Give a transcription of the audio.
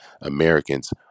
Americans